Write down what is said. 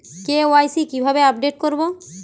KYC কিভাবে update করব?